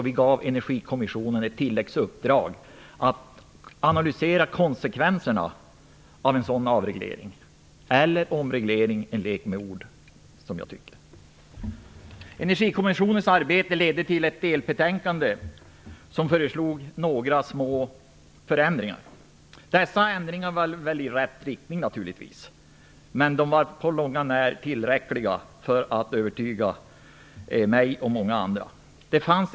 Vi gav Energikommissionen tilläggsuppdraget att analysera konsekvenserna av en sådan här avreglering, eller omreglering - en lek med ord enligt min mening. Energikommissionens arbete ledde till ett delbetänkande där några små förändringar föreslogs. Dessa ändringar gick naturligtvis i rätt riktning, men det var inte på långt när tillräckligt för att övertyga mig och många andra.